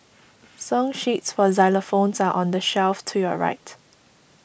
song sheets for xylophones are on the shelf to your right